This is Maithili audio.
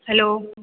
हेलो